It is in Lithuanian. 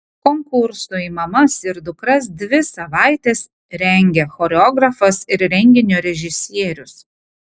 konkursui mamas ir dukras dvi savaites rengė choreografas ir renginio režisierius